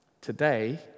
today